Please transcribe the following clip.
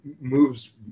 moves